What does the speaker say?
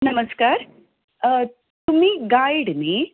नमस्कार तुमी तुमी गायड न्ही